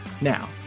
Now